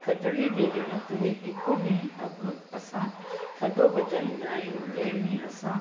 थधिड़ीअ जे ॾिण ते हिकु ॾींहुं अॻु असां थधो पचाईंदा आहियूं जंहिं में असां